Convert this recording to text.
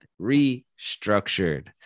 Restructured